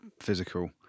physical